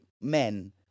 men